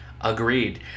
Agreed